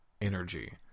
energy